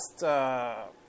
last